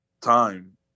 time